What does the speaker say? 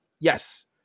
yes